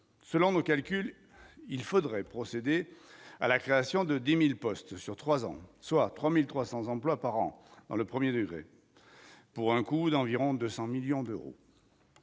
selon nos calculs, il faudrait procéder à la création de 10000 postes sur 3 ans, soit 3300 emplois par an dans le 1er degré pour un coût d'environ 200 millions d'euros,